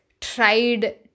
tried